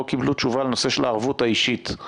קיבלו תשובה על הנושא של הערבות האישית.